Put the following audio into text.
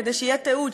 כדי שיהיה תיעוד,